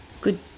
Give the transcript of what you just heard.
Good